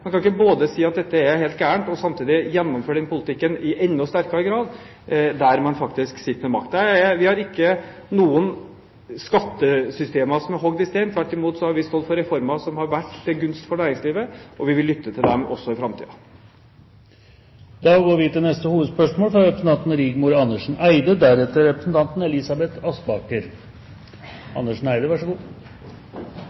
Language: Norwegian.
Man kan ikke både si at dette er helt galt, og samtidig gjennomføre den politikken i enda sterkere grad der man faktisk sitter med makten. Vi har ikke noen skattesystemer som er hogd i stein. Tvert imot har vi stått for reformer som har vært til gunst for næringslivet, og vi vil lytte til dem også i framtiden. Da går vi til neste hovedspørsmål.